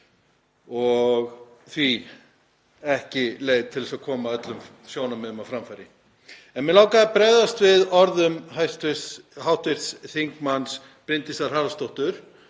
og því ekki leið til þess að koma öllum sjónarmiðum á framfæri. En mig langaði að bregðast við orðum hv. þm. Bryndísar Haraldsdóttur